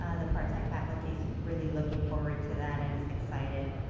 ah the part-time faculty's really looking forward to that and is excited,